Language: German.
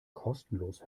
kostenlos